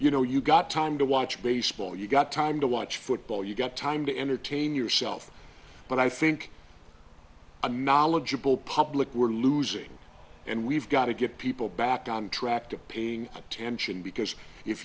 you know you've got time to watch baseball you've got time to watch football you get time to entertain yourself but i think i'm knowledgeable public we're losing and we've got to get people back on track to pay attention because if